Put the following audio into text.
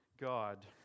God